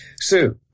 sue